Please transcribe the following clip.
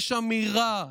יש אמירה.